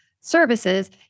services